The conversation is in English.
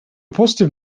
positive